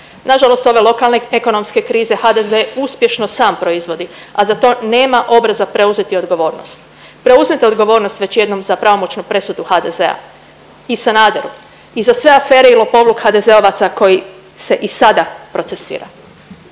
Nažalost ove lokalne ekonomske krize HDZ uspješno sam proizvodi, a za to nema obraza preuzeti odgovornost. Preuzmite odgovornost već jednom za pravomoćnu presudu HDZ-a i Sanaderu i za sve afere i lopovluke HDZ-ovaca koji se i sada procesuira.